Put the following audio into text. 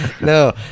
no